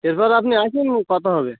এরপর আপনি আসুন কথা হবে